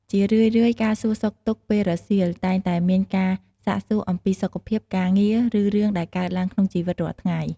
ជារឿយៗ ការសួរសុខទុក្ខពេលរសៀល តែងតែមានការសាកសួរអំពីសុខភាព ការងារ ឬរឿងដែលកើតក្នុងជីវិតរាល់ថ្ងៃ។